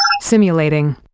Simulating